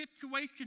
situation